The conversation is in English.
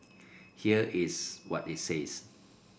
here is what it says